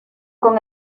con